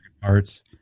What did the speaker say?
parts